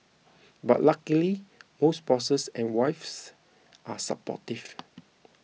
but luckily most bosses and wives are supportive